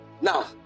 now